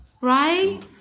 Right